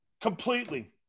Completely